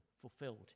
fulfilled